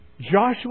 Joshua